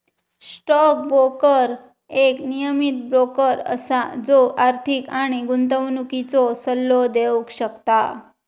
stock broker एक नियमीत broker असा जो आर्थिक आणि गुंतवणुकीचो सल्लो देव शकता